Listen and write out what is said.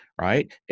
right